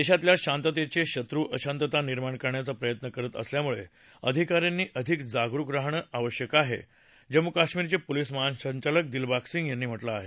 देशातल्या शांततेचे शत्रू अशांतता निर्माण करण्याचा प्रयत्न करत असल्यामुळे अधिकाऱ्यांनी अधिक जागरुक राहणं आवश्यक आहे असं जम्मू कश्मीरचे पोलीस महासंचालक दिलवाग सिंग यांनी म्हटलं आहे